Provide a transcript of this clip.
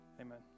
Amen